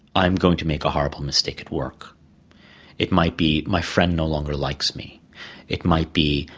i am going to make a horrible mistake at work it might be, my friend no longer likes me it might be,